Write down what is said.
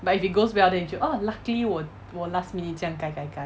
but if it goes well then 你就 oh luckily 我我 last minute 这样改改改